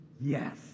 yes